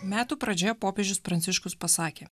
metų pradžioje popiežius pranciškus pasakė